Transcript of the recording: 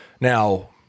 Now